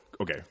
okay